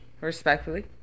Respectfully